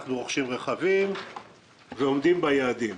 רוכשים רכבים ועומדים ביעדים.